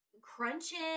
crunching